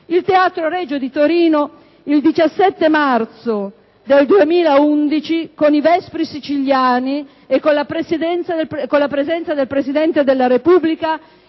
Il Teatro Regio di Torino, il 17 marzo 2011, con i "Vespri siciliani", alla presenza del Presidente della Repubblica,